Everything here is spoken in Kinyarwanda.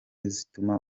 zituma